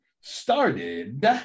Started